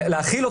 להאכיל אותם,